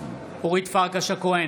אורית פרקש הכהן,